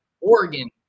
Oregon